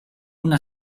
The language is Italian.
una